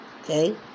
Okay